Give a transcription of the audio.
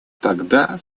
тогда